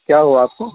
کیا ہوا آپ کو